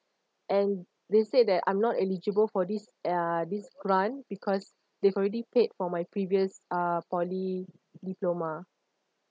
and they say that I'm not eligible for this uh this grant because they've already paid for my previous uh poly diploma